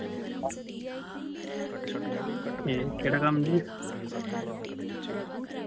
एह् केह्ड़ा कम्म जी